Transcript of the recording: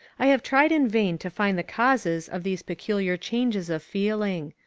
i have tried in vain to find the causes of these peculiar changes of feeling.